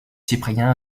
cyprien